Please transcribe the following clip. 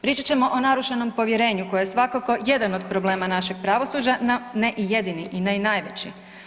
Pričat ćemo o narušenom povjerenju koje je svakako jedan od problema našeg pravosuđa, no ne i jedini i ne najveći.